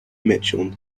mitchell